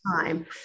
time